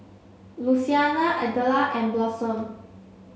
Louisiana Adela and Blossom